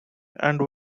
and